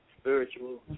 spiritual